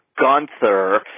Gunther